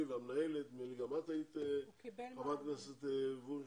אני והמנהלת וגם את היית חברת הכנסת וונש.